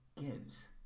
gives